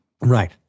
Right